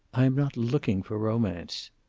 i am not looking for romance.